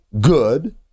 good